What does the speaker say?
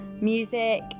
music